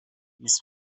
خیس